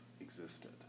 existed